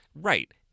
Right